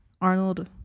Arnold